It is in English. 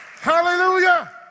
Hallelujah